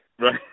Right